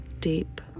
deep